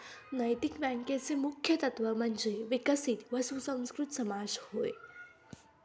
नैतिक बँकेचे मुख्य तत्त्व म्हणजे विकसित व सुसंस्कृत समाज होय